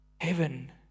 Heaven